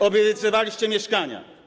Obiecywaliście mieszkania.